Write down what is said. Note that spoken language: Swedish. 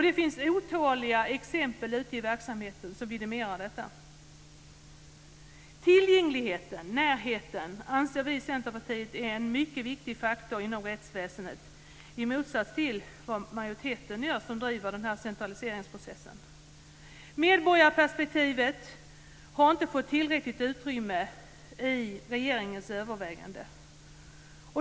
Det finns otaliga exempel ute i verksamheten som vidimerar detta. Vi i Centerpartiet anser att tillgängligheten och närheten är en mycket viktig faktor inom rättsväsendet i motsats till vad majoriteten tycker, som driver denna centraliseringsprocess. Medborgarperspektivet har inte fått tillräckligt utrymme i regeringens övervägande.